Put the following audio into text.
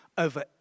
over